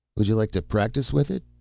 would you like to practice with it?